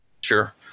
Sure